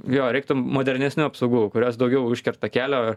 jo reiktų modernesnių apsaugų kurios daugiau užkerta kelio